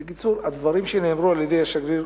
בקיצור, הדברים שנאמרו על-ידי השגריר